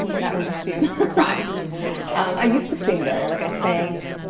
that was just beautiful crime i used to sing though. like i sang